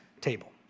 table